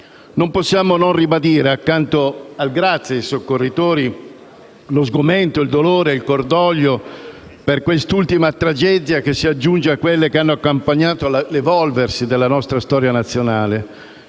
Non possiamo non ribadire, accanto al ringraziamento ai soccorritori, lo sgomento, il dolore e il cordoglio per quest'ultima tragedia, che si aggiunge a quelle che hanno accompagnato l'evolversi della nostra storia nazionale,